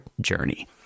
journey